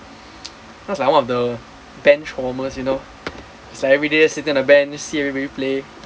that's like one of the bench warmers you know it's like everyday sit there on the bench see everybody play